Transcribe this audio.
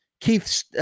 Keith